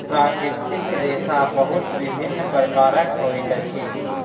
प्राकृतिक रेशा बहुत विभिन्न प्रकारक होइत अछि